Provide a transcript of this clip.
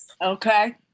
Okay